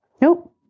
Nope